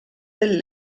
del